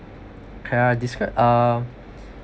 can I describe uh